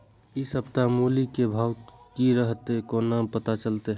इ सप्ताह मूली के भाव की रहले कोना पता चलते?